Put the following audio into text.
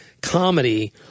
comedy